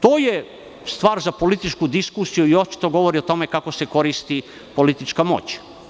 To je stvar za političku diskusiju i očito govorio o tome kako se koristi politička moć.